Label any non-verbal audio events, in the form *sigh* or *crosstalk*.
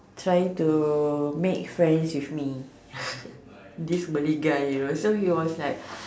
trying to make friends with me *breath* this Malay guy you know so he was like